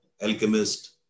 Alchemist